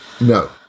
No